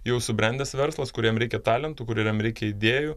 jau subrendęs verslas kuriem reikia talentų kuriem reikia idėjų